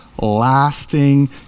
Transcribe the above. lasting